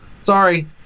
Sorry